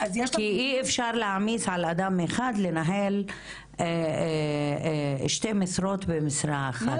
כי אי אפשר להעמיס על אדם אחד לנהל שתי משרות במשרה אחת.